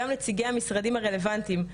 גם נציגי המשרדים הרלוונטיים,